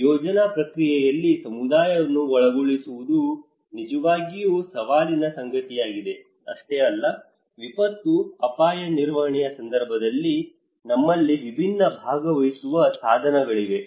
ಯೋಜನಾ ಪ್ರಕ್ರಿಯೆಯಲ್ಲಿ ಸಮುದಾಯವನ್ನು ಅಳವಡಿಸಿಕೊಳ್ಳುವುದು ನಿಜವಾಗಿಯೂ ಸವಾಲಿನ ಸಂಗತಿಯಾಗಿದೆ ಅಷ್ಟೇ ಅಲ್ಲ ವಿಪತ್ತು ಅಪಾಯ ನಿರ್ವಹಣೆಯ ಸಂದರ್ಭದಲ್ಲಿ ನಮ್ಮಲ್ಲಿ ವಿಭಿನ್ನ ಭಾಗವಹಿಸುವ ಸಾಧನಗಳಿವೆ